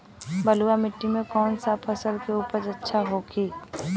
बलुआ मिट्टी में कौन सा फसल के उपज अच्छा होखी?